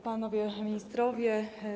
Panowie Ministrowie!